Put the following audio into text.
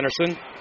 Anderson